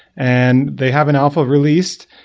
and they have an alpha released.